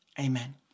Amen